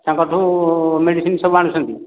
ତାଙ୍କଠୁ ମେଡ଼ିସିନ୍ ସବୁ ଆଣୁଛନ୍ତି